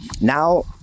Now